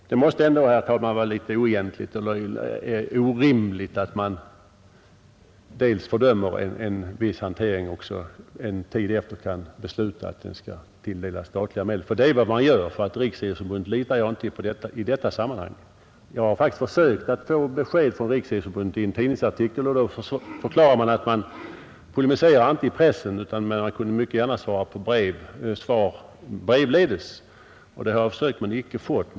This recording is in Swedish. Det måste ändå, herr talman, vara oegentligt och orimligt att riksdagen dels fördömer en viss hantering och dels — en tid senare — beslutar att den skall tilldelas statliga medel. Det är vad vi gör. Jag litar inte på Riksidrottsförbundet i detta sammanhang. Jag har faktiskt försökt att få besked från Riksidrottsförbundet i en tidningsartikel. Då förklarade man att man inte polemiserar i pressen, men att man mycket gärna kunde ge svar brevledes. Det har jag försökt få, men inte fått.